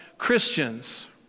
Christians